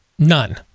None